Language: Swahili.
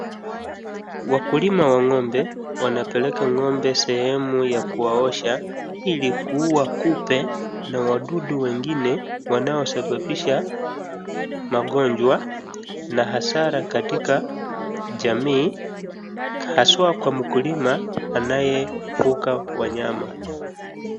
Wakulima wa ng'ombe wanapeleka ng'ombe sehemu ya kuwaosha ili kuua kupe na wadudu wengine wanaosababisha magonjwa na hasara katika jamii, haswa kwa mkulima anayefuga wanyama.